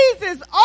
Jesus